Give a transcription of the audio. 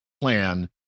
plan